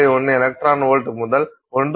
1 electron volt முதல் 1